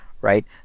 Right